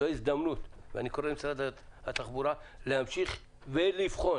זו ההזדמנות ואני קורא למשרד התחבורה להמשיך ולבחון